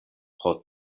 pro